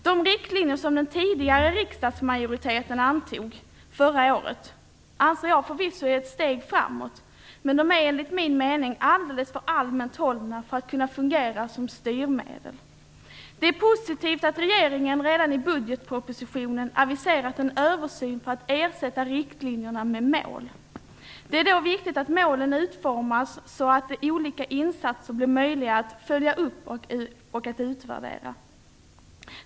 De riktlinjer som den tidigare riksdagsmajoriteten antog förra året anser jag förvisso vara ett steg framåt, men de är enligt min mening alltför allmänt hållna för att kunna fungera som styrmedel. Därför är det positivt att regeringen redan i budgetpropositionen aviserat en översyn för att ersätta riktlinjerna med mål. Det är då viktigt att målen utformas så att olika insatser blir möjliga att följa upp och utvärdera.